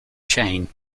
chain